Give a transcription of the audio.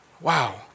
Wow